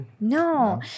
no